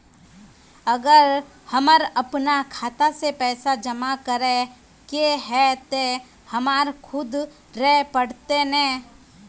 अगर हमर अपना खाता में पैसा जमा करे के है ते हमरा खुद रहे पड़ते ने?